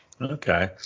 Okay